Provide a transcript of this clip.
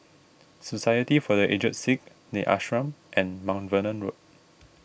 society for the Aged Sick the Ashram and Mount Vernon Road